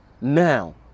Now